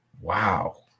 Wow